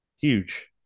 Huge